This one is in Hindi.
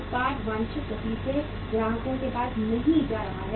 उत्पाद वांछित गति से ग्राहकों के पास नहीं जा रहा है